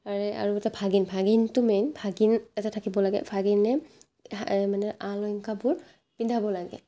আৰে আৰু এটা ভাগিন ভাগিনটো মেইন ভাগিনটো এটা থাকিব লাগে ভাগিনে সেই মানে আ অলংকাৰবোৰ পিন্ধাব লাগে